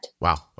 Wow